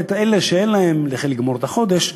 אלה שאין להם ולא יכולים לגמור את החודש,